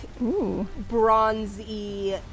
bronzy